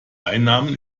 einnahmen